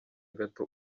gato